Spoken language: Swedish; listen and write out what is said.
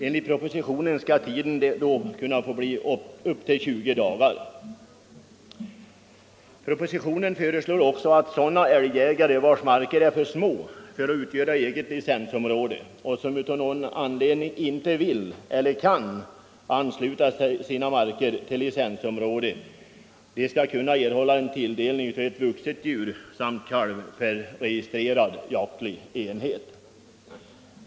Enligt propositionen skall jakttiden kunna utsträckas upp till 20 dagar. Propositionen föreslår också att sådana älgjägare vilkas marker är för små för att utgöra eget licensområde och som av någon anledning inte vill eller kan ansluta sina marker till licensområde skall kunna erhålla en tilldelning av ett vuxet djur och en kalv per registrerad jaktenhet.